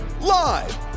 live